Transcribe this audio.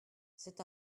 c’est